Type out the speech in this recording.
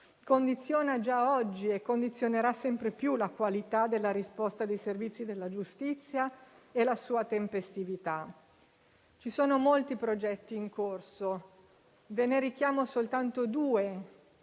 condiziona già oggi e condizionerà sempre più la qualità della risposta dei servizi della giustizia e la sua tempestività. Ci sono molti progetti in corso e ne richiamo soltanto due,